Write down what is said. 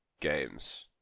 games